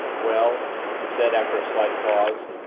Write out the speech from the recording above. well, he said, after a slight pause,